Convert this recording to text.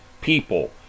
people